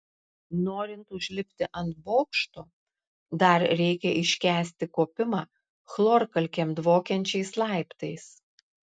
norint užlipti ant bokšto dar reikia iškęsti kopimą chlorkalkėm dvokiančiais laiptais